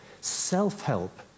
Self-help